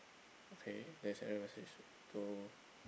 okay there's error message so